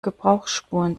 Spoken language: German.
gebrauchsspuren